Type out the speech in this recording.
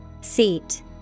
Seat